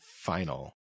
final